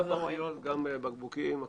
גם פחיות וגם בקבוקים והכול.